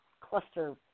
cluster